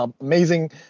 amazing